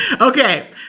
Okay